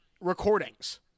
recordings